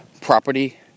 property –